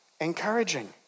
encouraging